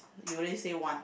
you already said one